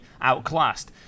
outclassed